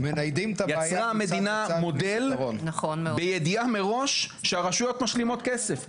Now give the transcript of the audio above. יצרה המדינה מודל בידיעה מראש שהרשויות משלימות כסף.